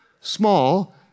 small